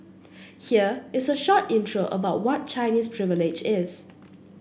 here is a short intro about what Chinese Privilege is